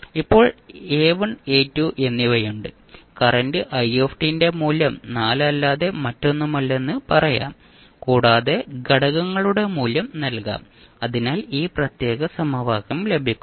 ഇപ്പോൾ A1 A2 എന്നിവയുണ്ട് current i ന്റെ മൂല്യം 4 അല്ലാതെ മറ്റൊന്നുമല്ലെന്ന് പറയാം കൂടാതെ ഘടകങ്ങളുടെ മൂല്യം നൽകാം അതിനാൽ ഈ പ്രത്യേക സമവാക്യം ലഭിക്കും